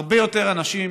הרבה יותר אנשים